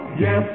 yes